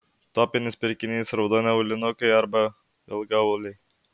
topinis pirkinys raudoni aulinukai arba ilgaauliai